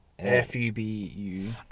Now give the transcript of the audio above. FUBU